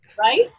right